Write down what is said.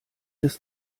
des